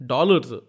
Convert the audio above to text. Dollars